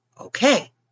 Okay